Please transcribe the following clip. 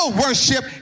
worship